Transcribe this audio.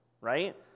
right